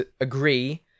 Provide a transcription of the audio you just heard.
agree